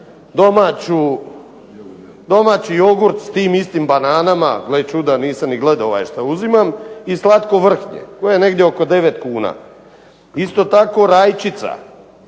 domaći jogurt s tim istim bananama, gle čuda nisam ni gledao šta uzimam, i slatko vrhnje, koje je negdje oko 9 kuna. Isto tako rajčica,